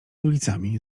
ulicami